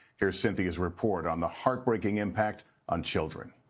here's cynthia's report on the heartbreaking impact on children.